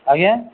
ଆଜ୍ଞା